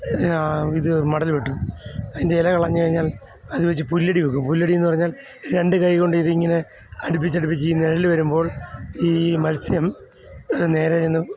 ഇത് മടൽ വെട്ടും അതിൻ്റെ ഇലകളഞ്ഞ് കഴിഞ്ഞാൽ അത് വെച്ച് പുല്ലടി വെക്കും പുല്ലടി എന്ന് പറഞ്ഞാൽ രണ്ട് കൈകൊണ്ട് ഇതിങ്ങനെ അടുപ്പിച്ച് അടുപ്പിച്ച് ഈ നിഴൽ വരുമ്പോൾ ഈ മത്സ്യം നേരെ ചെന്ന്